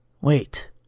Wait